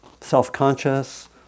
self-conscious